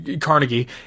Carnegie